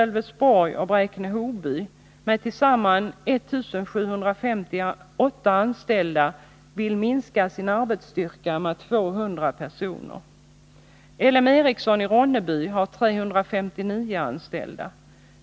LM Ericsson i Ronneby har 359 anställda.